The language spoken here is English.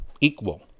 Equal